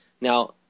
Now